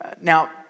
Now